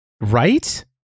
right